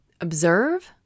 observe